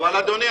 אדוני,